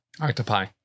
Octopi